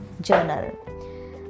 journal